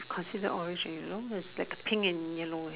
consider orange you know it's like a pink and yellow